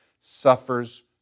suffers